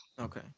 Okay